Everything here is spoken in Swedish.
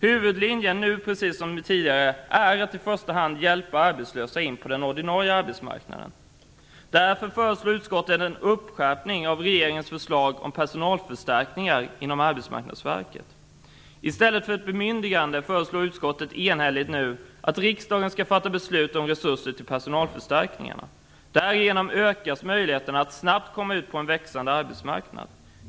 Huvudlinjen nu, precis som tidigare, är att i första hand hjälpa arbetslösa in på den ordinarie arbetsmarknaden. Därför föreslår utskottet en uppskärpning av regeringens förslag om personalförstärkningar inom Arbetsmarknadsverket. I stället för ett bemyndigande föreslår nu utskottet enhälligt att riksdagen skall fatta beslut om resurser till personalförstärkningarna. Därigenom ökas möjligheterna att snabbt komma ut på en växande arbetsmarknad.